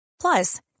Plus